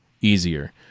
easier